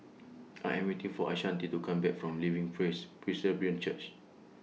I Am waiting For Ashanti to Come Back from Living Praise Presbyterian Church